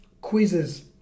quizzes